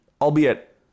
albeit